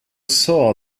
saw